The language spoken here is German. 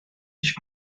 nicht